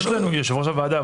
יושב-ראש הוועדה,